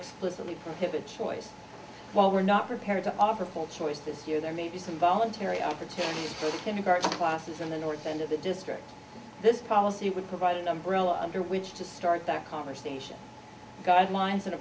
explicitly prohibits choice well we're not prepared to offer full choice this year there may be some voluntary opportunities to make art classes in the north end of the district this policy would provide an umbrella under which to start that conversation guidelines and a